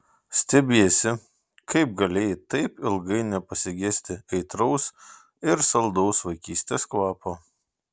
stebiesi kaip galėjai taip ilgai nepasigesti aitraus ir saldaus vaikystės kvapo